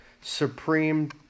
Supreme